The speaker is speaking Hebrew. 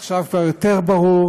עכשיו כבר יותר ברור